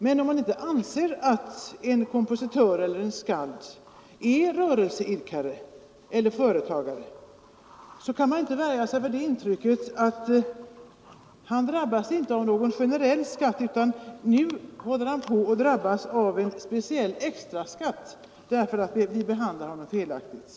Men om man inte anser att en kompositör eller en skald är rörelseidkare eller företagare, kan man inte värja sig för intrycket att han drabbas av en speciell extra skatt just därför att vi felaktigt behandlar honom som en rörelseidkare eller företagare.